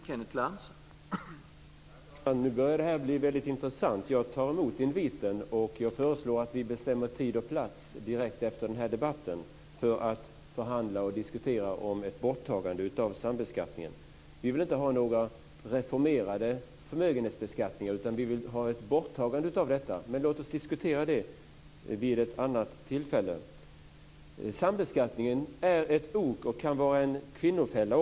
Herr talman! Nu börjar det här bli väldigt intressant. Jag tar emot inviten och föreslår att vi direkt efter den här debatten bestämmer tid och plats för förhandlingar och diskussioner om ett borttagande av sambeskattningen. Vi vill inte ha en reformerad förmögenhetsbeskattning. Däremot vill vi se ett borttagande av den men låt oss diskutera det vid ett annat tillfälle. Sambeskattningen är ett ok och kan också vara en kvinnofälla.